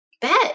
Bet